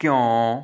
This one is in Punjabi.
ਕਿਉਂ